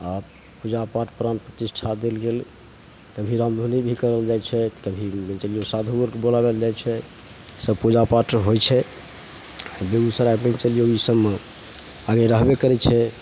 आओर पूजापाठ प्राण प्रतिष्ठा देल गेल कभी रामधुनि भी करल जाइ छै तऽ कभी कि कहै छै साधुओ आओरके बोलाओल जाइ छै ईसब पूजापाठ होइ छै बेगूसरायमे चलिऔ ई सबमे आगे रहबे करै छै